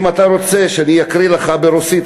אם אתה רוצה שאני אקריא לך ברוסית